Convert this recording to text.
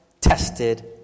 tested